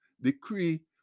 decree